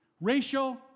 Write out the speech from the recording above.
Racial